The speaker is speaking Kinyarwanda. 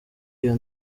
iyo